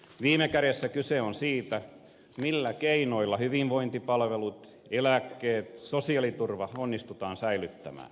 viime kädessä kyse on siitä millä keinoilla hyvinvointipalvelut eläkkeet sosiaaliturva onnistutaan säilyttämään